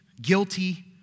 guilty